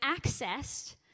accessed